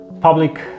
public